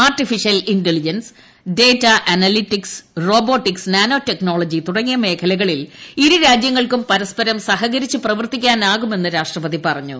artificial intelligence data analytics robotics nano technology തുടങ്ങിയ മേഖലകളിൽ ഇരു രാജ്യങ്ങൾക്കും പരസ്പരം സഹകരിച്ചു പ്രവർത്തിക്കാനാവുമെന്ന് രാഷ്ട്രപതി പറഞ്ഞു